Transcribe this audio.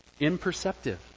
Imperceptive